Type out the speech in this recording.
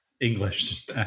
English